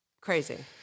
crazy